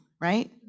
Right